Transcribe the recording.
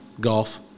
Golf